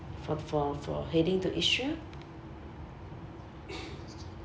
for for for heading to israel